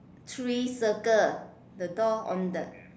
three circle the door on the